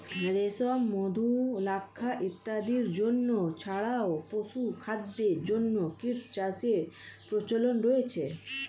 রেশম, মধু, লাক্ষা ইত্যাদির জন্য ছাড়াও পশুখাদ্যের জন্য কীটচাষের প্রচলন রয়েছে